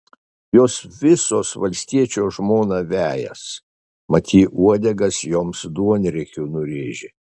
jos visos valstiečio žmoną vejas mat ji uodegas joms duonriekiu nurėžė